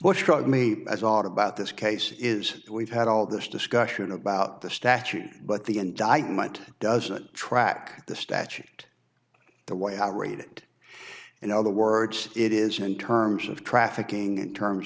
what struck me as a lot about this case is we've had all this discussion about the statute but the indictment doesn't track the statute the way i read it in other words it is in terms of trafficking in terms